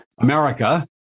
America